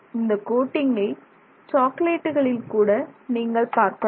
இந்தக் கோட்டிங்கை சாக்லேட்டுகளில் கூட நீங்கள் பார்க்கலாம்